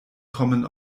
kommen